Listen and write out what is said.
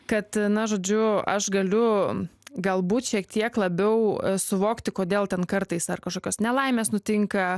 kad na žodžiu aš galiu galbūt šiek tiek labiau suvokti kodėl ten kartais ar kažkokios nelaimės nutinka